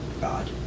God